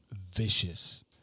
vicious